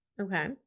Okay